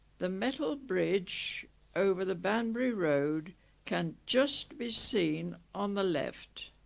the metal bridge over the banbury road can just be seen on the left